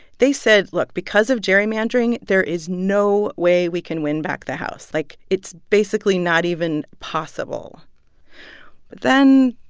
they said, look because of gerrymandering, there is no way we can win back the house. like, it's basically not even possible then,